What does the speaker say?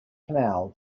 canal